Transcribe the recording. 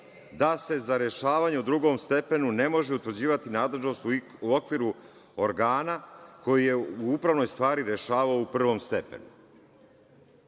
da se za rešavanje u drugom stepenu ne može utvrđivati nadležnost u okviru organa koji je u upravnoj stvari rešavao u prvom stepenu. Znači,